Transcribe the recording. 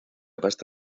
pasta